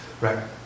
Right